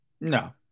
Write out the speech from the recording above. No